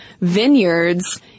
vineyards